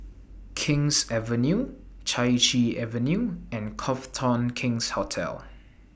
King's Avenue Chai Chee Avenue and Cough Town King's Hotel